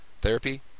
therapy